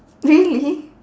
really